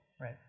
Right